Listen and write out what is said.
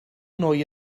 nwy